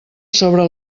sobre